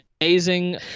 amazing